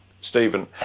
Stephen